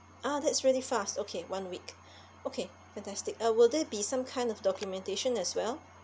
ah that's really fast okay one week okay fantastic uh will there be some kind of documentation as well